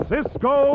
Cisco